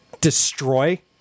destroy